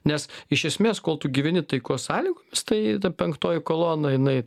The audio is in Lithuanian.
nes iš esmės kol tu gyveni taikos sąlygomis tai ta penktoji kolona jinai